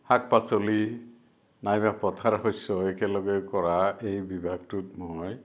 শাক পাচলি নাইবা পথাৰ শস্য একেলগে কৰা এই বিভাগটোত মই